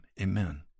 Amen